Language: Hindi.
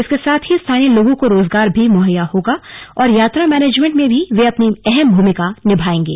इसके साथ ही स्थानीय लोगों को रोजगार भी मुहैया होगा और यात्रा मैनेजमेंट में भी वे अपनी अहम भूमिका निभाएंगे